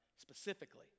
specifically